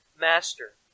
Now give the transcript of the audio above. Master